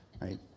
right